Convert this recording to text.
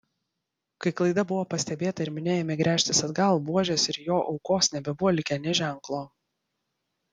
kai klaida buvo pastebėta ir minia ėmė gręžtis atgal buožės ir jo aukos nebebuvo likę nė ženklo